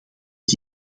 het